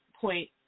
point